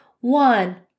one